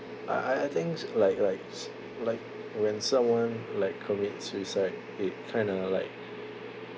I I I think s~ like like s~ like when someone like commits suicide it kind of like